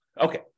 Okay